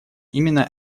именно